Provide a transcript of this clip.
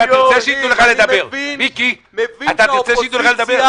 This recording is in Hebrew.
אני מבין שהאופוזיציה,